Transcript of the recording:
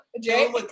Jay